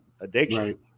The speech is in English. addiction